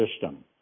system